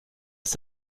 ist